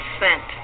sent